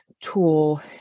tool